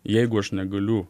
jeigu aš negaliu